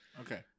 Okay